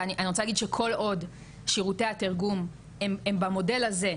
ואני רוצה להגיד שכל עוד שירותי התרגום הם במודל הזה,